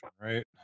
right